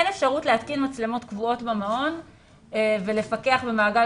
אין אפשרות להתקין מצלמות קבועות במעון ולפקח במעגל